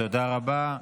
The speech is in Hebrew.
תודה רבה.